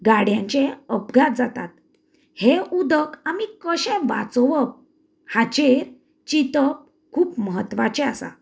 गाडयांचे अपघात जातात हे उदक आमी कशें वाचोवप हांचेर चिंतप खूब म्हत्वाचे आसा